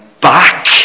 back